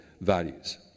values